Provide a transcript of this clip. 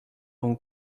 bon